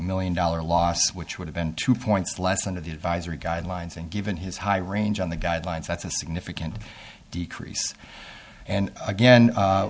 million dollar loss which would have been two points less under the advisory guidelines and given his high range on the guidelines that's a significant decrease and again